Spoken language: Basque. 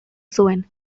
zuen